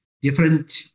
different